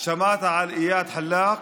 שמעת על איאד אלחלאק?